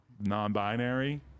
non-binary